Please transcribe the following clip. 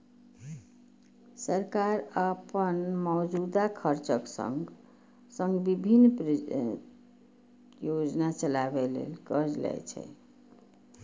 सरकार अपन मौजूदा खर्चक संग संग विभिन्न परियोजना चलाबै ले कर्ज लै छै